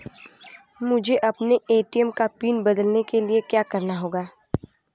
मुझे अपने ए.टी.एम का पिन बदलने के लिए क्या करना होगा?